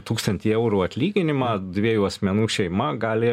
tūkstantį eurų atlyginimą dviejų asmenų šeima gali